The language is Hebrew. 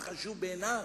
מה חשוב בעיניו.